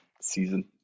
season